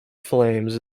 flames